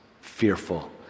fearful